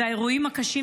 האירועים הקשים,